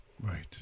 Right